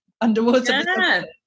underwater